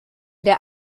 der